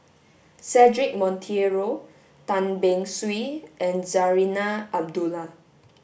Cedric Monteiro Tan Beng Swee and Zarinah Abdullah